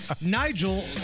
Nigel